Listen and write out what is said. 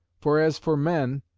for as for men,